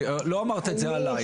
לא אמרת את זה עליי,